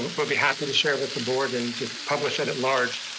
would be happy to share with the board and just publish it at large,